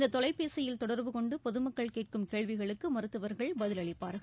இந்த தொலைபேசியில் தொடர்பு கொண்டு பொதுமக்கள் கேட்கும் கேள்விகளுக்கு மருத்துவர்கள் பதிலளிப்பார்கள்